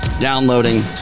downloading